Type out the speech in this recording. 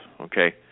okay